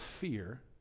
fear